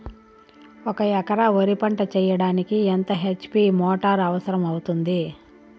ఒక ఎకరా వరి పంట చెయ్యడానికి ఎంత హెచ్.పి మోటారు అవసరం అవుతుంది?